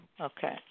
Okay